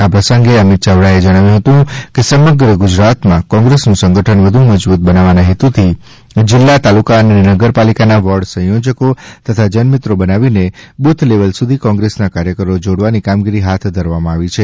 આ પ્રસંગે અમિત ચાવડાએ જણાવ્યું કે સમગ્ર ગુજરાતમાં કોંગ્રેસનું સંગઠન વધુ મજબૂત બનાવવાના હેતુથી જિલ્લા તાલુકા અને નગરપાલિકાના વોર્ડ સંચોજકો તથા જનમિત્રો બનાવીને બુથ લેવલ સુધી કોંગ્રેસના કાર્યકરો જોડવાની કામગીરી હાથ ધરવામાં આવી છે